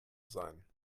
sein